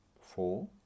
Four